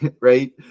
right